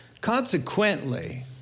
Consequently